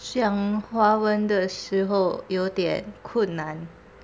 讲华文的时候有点困难